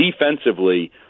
defensively